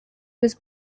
was